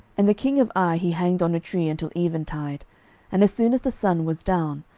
and the king of ai he hanged on a tree until eventide and as soon as the sun was down,